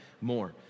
more